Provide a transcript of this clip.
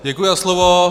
Děkuji za slovo.